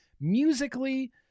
musically